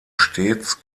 stets